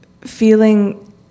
feeling